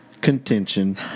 Contention